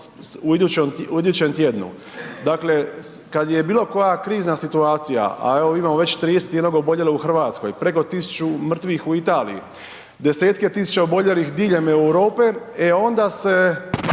u idućem tjednu. Dakle, kad je bilo koja krizna situacija, a evo imamo već 31 oboljelog u Hrvatskoj, preko 1.000 mrtvih u Italiji, 10-tke tisuća oboljelih diljem Europe e onda se